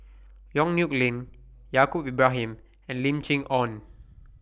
Yong Nyuk Lin Yaacob Ibrahim and Lim Chee Onn